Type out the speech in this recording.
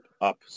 up